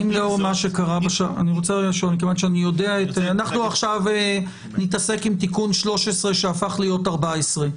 אנחנו עכשיו נתעסק עם תיקון 13 שהפך להיות 14,